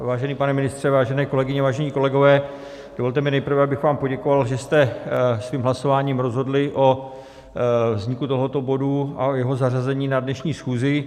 Vážený pane ministře, vážené kolegyně, vážení kolegové, dovolte mi nejprve, abych vám poděkoval, že jste svým hlasováním rozhodli o vzniku tohoto bodu a jeho zařazení na dnešní schůzi.